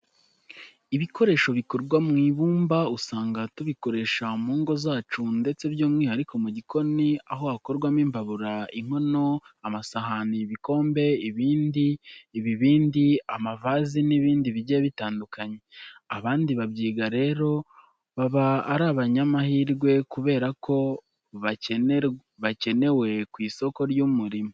Ibikoresho bikorwa mu ibumba usanga tubikoresha mu ngo zacu ndetse by'umwihariko mu gikoni, aho hakorwamo imbabura, inkono, amasahani, ibikombe, ibibindi, amavazi n'ibindi bigiye bitandukanye. Abantu babyiga rero, baba ari abanyamahirwe kubera ko bakenewe ku isoko ry'umurimo.